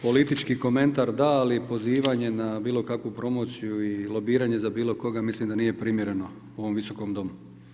Politički komentar da, ali pozivanje na bilo kakvu promociju i lobiranje za bilo koga mislim da nije primjereno u ovom Visokom domu.